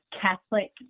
Catholic